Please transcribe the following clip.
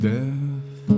Death